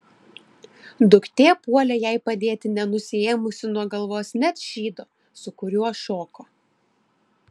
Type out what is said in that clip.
duktė puolė jai padėti nenusiėmusi nuo galvos net šydo su kuriuo šoko